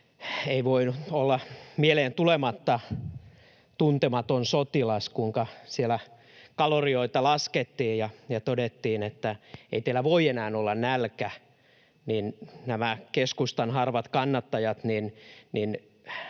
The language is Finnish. ei voinut olla mieleen tulematta Tuntematon sotilas, kuinka siellä kalorioita laskettiin ja todettiin, että ei teillä voi enää olla nälkä. Kun keskustan harvat kannattajat